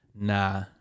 nah